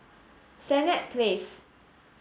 Senett Place